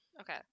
Okay